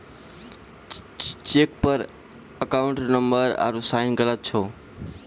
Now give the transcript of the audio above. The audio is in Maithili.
चेक पर अकाउंट नंबर आरू साइन गलत छौ